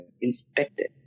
inspected